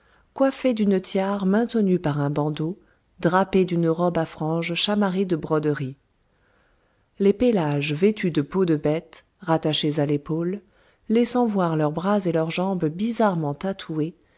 coiffés d'une tiare maintenue par un bandeau drapés d'une robe à franges chamarrée de broderies les pélasges vêtus de peaux de bêtes rattachées à l'épaule laissant voir leurs bras et leurs jambes bizarrement tatouées